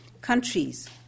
countries